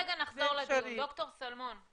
דוקטור שלמון,